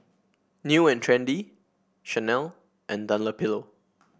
New And Trendy Chanel and Dunlopillo